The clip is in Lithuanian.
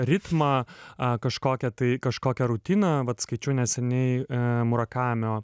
ritmą a kažkokią tai kažkokią rutiną vat skaičiau neseniai e murakamio